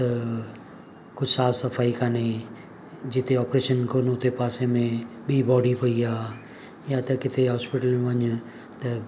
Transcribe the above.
त कुझु साफ़ु सफ़ाई कान्हे जिते ऑपरेशन कनि उते पासे में ॿी बॉडी पई आहे या त किथे हॉस्पिटल वञु त